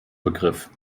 begriff